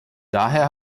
daher